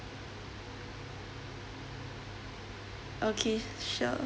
okay sure